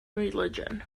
religion